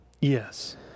Yes